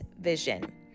vision